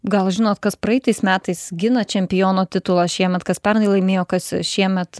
gal žinot kas praeitais metais gina čempiono titulą šiemet kas pernai laimėjo kas šiemet